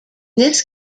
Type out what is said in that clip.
this